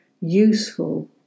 useful